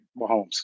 Mahomes